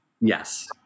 Yes